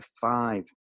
five